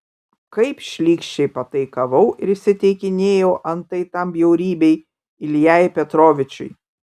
kaip šlykščiai pataikavau ir įsiteikinėjau antai tam bjaurybei iljai petrovičiui